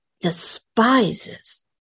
despises